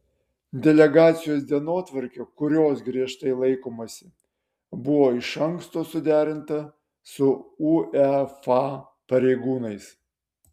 delegacijos dienotvarkė kurios griežtai laikomasi buvo iš anksto suderinta su uefa pareigūnais